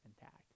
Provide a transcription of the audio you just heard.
intact